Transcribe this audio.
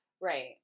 Right